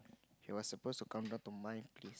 she was supposed to come down to my place